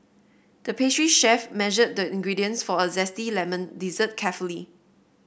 the pastry chef measured the ingredients for a zesty lemon dessert carefully